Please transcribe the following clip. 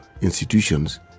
institutions